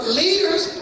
leaders